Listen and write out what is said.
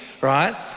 right